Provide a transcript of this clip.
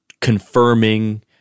confirming